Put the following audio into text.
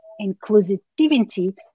inclusivity